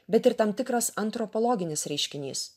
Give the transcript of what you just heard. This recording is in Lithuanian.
bet ir tam tikras antropologinis reiškinys